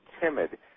timid